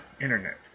internet